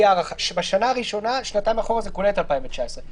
בשנה הראשונה שנתיים אחרונות כוללות את 2019,